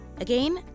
Again